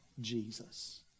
Jesus